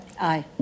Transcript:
Aye